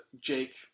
Jake